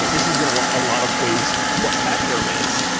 so this isn't a lot a lot of ways what pachyderm is,